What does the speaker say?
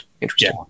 interesting